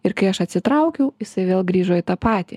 ir kai aš atsitraukiau jisai vėl grįžo į tą patį